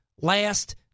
last